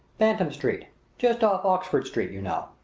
banton street just off oxford street, you know.